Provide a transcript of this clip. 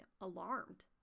alarmed